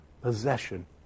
possession